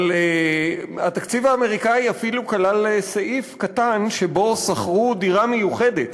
אבל התקציב האמריקני אפילו כלל סעיף קטן שלפיו שכרו דירה מיוחדת